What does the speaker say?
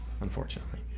unfortunately